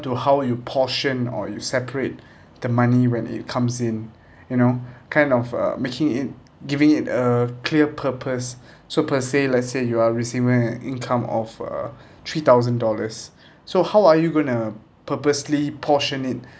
to how you portion or you separate the money when it comes in you know kind of a making it giving it a clear purpose so per se let's say you are receiving an income of a three thousand dollars so how are you going to purposely portion it